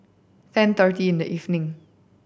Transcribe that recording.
ten thirty in the evening